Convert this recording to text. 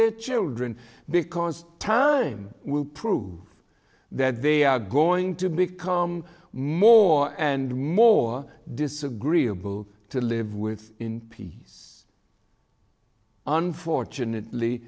their children because time will prove that they are going to become more and more disagreeable to live with in peace unfortunately